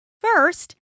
first